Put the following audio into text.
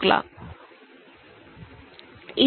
age साठी toggle होणार आहे